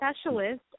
specialist